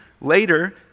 Later